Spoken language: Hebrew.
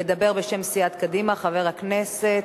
ידבר בשם סיעת קדימה חבר הכנסת